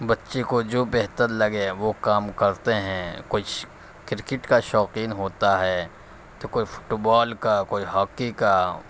بچے کو جو بہتر لگے وہ کام کرتے ہیں کچھ کرکٹ کا شوقین ہوتا ہے تو کوئی فٹبال کا کوئی ہاکی کا